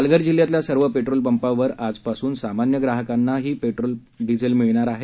पालधर जिल्ह्यातल्या सर्व पेट्रोल पंपांवर आज पासून सामान्य ग्राहकांना ही पेट्रोल डिझेल मिळणार आहे